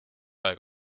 aeg